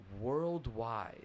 worldwide